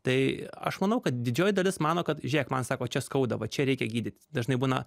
tai aš manau kad didžioji dalis mano kad žiūrėk man sako čia skauda va čia reikia gydyti dažnai būna